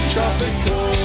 Tropical